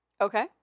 Okay